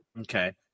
Okay